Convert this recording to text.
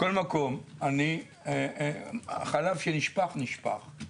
מכל מקום, חלב שנשפך נשפך.